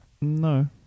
No